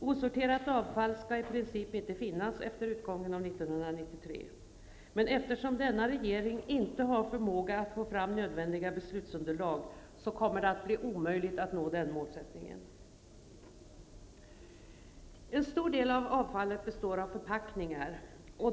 Det skall i princip inte finnas osorterat avfall efter utgången av 1993. Men eftersom den här regeringen inte har förmåga att få fram nödvändiga beslutsunderlag, kommer det att bli omöjligt att nå den målsättningen. En stor del av avfallet består av förpackningar.